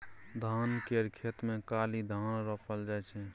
धान केर खेत मे खाली धान रोपल जाइ छै